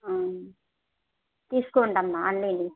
తీసుకోండమ్మా అన్నీని